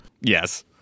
yes